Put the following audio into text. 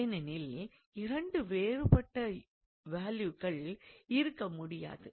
ஏனெனில் இரண்டு வேறுபட்ட வேல்யூக்கள் இருக்கமுடியாது